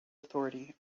authority